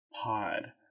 pod